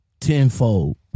tenfold